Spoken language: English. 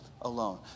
alone